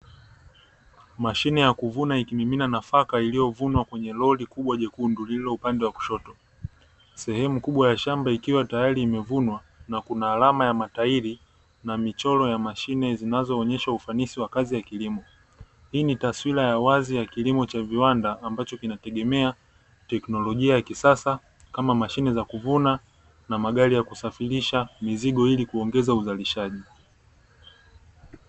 Mashine ya kuvuna ikimimina nafaka iliyovunwa kwenye lori kubwa jekundu lililo upande wa kushoto. Sehemu kubwa ya shamba ikiwa tayari imevunwa na kuna alama ya matairi na michoro ya mashine zinazoonyesha ufanisi wa kazi ya kilimo. Hii ni taswira ya wazi ya kilimo cha viwanda ambacho kinategemea teknolojia ya kisasa, kama mashine za kuvuna na magari ya kusafirisha mizigo, ili kuongeza uzalishaji.